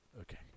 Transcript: Okay